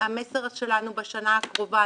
המסר שלנו בשנה הקרובה,